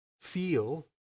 feel